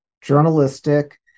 journalistic